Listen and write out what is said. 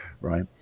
Right